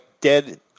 dead